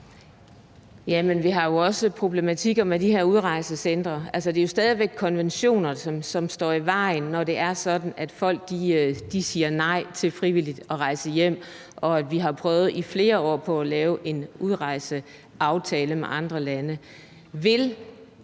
vi har jo også problematikker med de her udrejsecentre. Altså, det er stadig væk konventioner, som står i vejen, når det er sådan, at folk siger nej til frivilligt at rejse hjem. Vi har i flere år prøvet på at lave en udrejseaftale med andre lande.